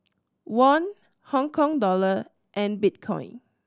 Won Hong Kong Dollar and Bitcoin